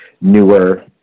newer